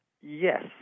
Yes